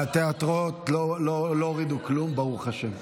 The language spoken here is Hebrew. אף אחד לא, מהתיאטראות לא הורידו כלום, ברוך השם.